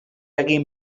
egin